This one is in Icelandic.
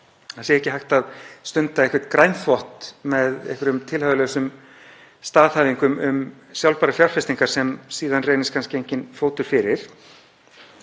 það sé ekki hægt að stunda grænþvott með einhverjum tilhæfulausum staðhæfingum um sjálfbærar fjárfestingar sem síðan reynist kannski enginn fótur fyrir.